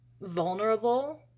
vulnerable